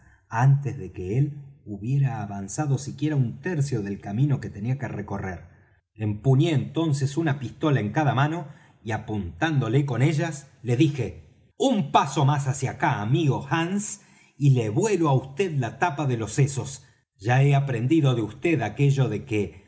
antes de que él hubiera avanzado siquiera un tercio del camino que tenía que recorrer empuñé entonces una pistola en cada mano y apuntándole con ellas le dije un paso más hacia acá amigo hands y le vuelo á vd la tapa de los sesos ya he aprendido de vd aquello de que